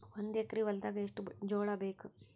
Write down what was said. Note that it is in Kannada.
ಒಂದು ಎಕರ ಹೊಲದಾಗ ಎಷ್ಟು ಜೋಳಾಬೇಕು?